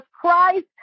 Christ